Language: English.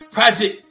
Project